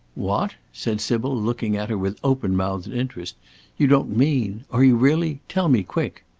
what! said sybil, looking at her with open-mouthed interest you don't mean are you really tell me, quick!